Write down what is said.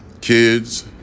kids